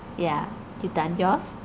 yeah you done yours